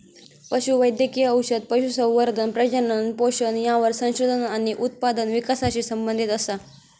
पशु वैद्यकिय औषध, पशुसंवर्धन, प्रजनन, पोषण यावर संशोधन आणि उत्पादन विकासाशी संबंधीत असा